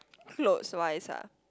clothes wise ah